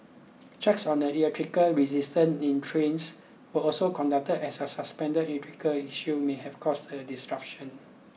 checks on the electrical resistance in trains were also conducted as a suspended electrical issue may have caused the disruption